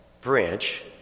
branch